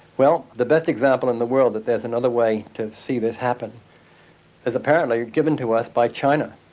well, the best example in the world that there is another way to see this happen is apparently given to us by china.